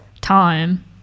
time